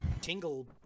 tingle